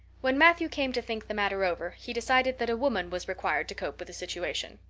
when matthew came to think the matter over he decided that a woman was required to cope with the situation.